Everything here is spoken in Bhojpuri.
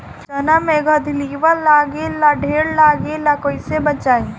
चना मै गधयीलवा लागे ला ढेर लागेला कईसे बचाई?